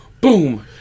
boom